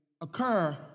occur